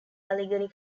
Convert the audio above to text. allegany